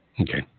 Okay